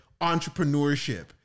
entrepreneurship-